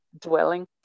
dwelling